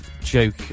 joke